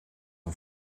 een